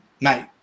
mate